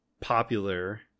popular